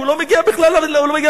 הוא לא מגיע בכלל למסחר,